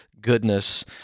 goodness